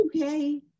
okay